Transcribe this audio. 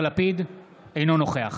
אינו נוכח